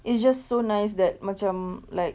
it's just so nice that macam like